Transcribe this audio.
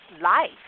life